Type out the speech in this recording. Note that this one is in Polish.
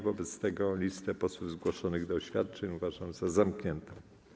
Wobec tego listę posłów zgłoszonych do oświadczeń uważam za zamkniętą.